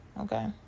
Okay